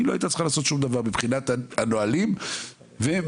מבחינת הנהלים היא לא הייתה צריכה לעשות שום דבר